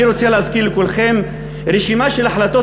אני רוצה להזכיר לכולכם רשימה של החלטות